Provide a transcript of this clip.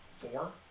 Four